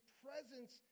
presence